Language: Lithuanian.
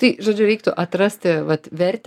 tai žodžiu reiktų atrasti vat vertę